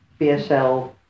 BSL